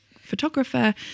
photographer